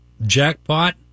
jackpot